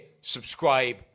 subscribe